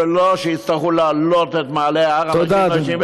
ולא שיצטרכו לעלות עד מעלה ההר אנשים,